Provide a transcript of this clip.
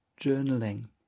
journaling